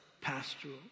pastoral